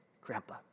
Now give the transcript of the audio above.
Grandpa